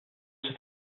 was